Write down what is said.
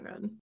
good